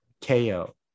KO